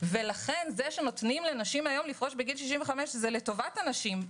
לכן זה שנותנים לנשים היום לפרוש בגיל 65 זה לטובת הנשים,